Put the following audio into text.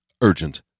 Urgent